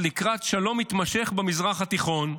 לקראת שלום מתמשך במזרח התיכון.